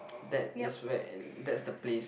that is where and that's the place